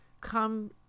come